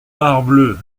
parbleu